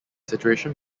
situation